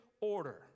order